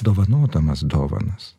dovanodamas dovanas